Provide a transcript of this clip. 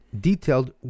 detailed